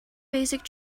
basic